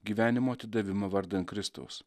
gyvenimo atidavimą vardan kristaus